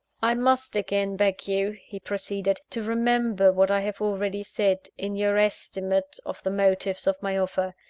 i must again beg you he proceeded to remember what i have already said, in your estimate of the motives of my offer.